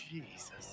Jesus